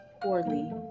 poorly